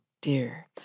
dear